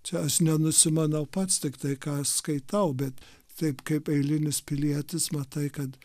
čia aš nenusimanau pats tik tai ką skaitau bet taip kaip eilinis pilietis matai kad